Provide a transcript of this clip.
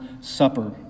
Supper